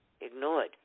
ignored